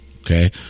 okay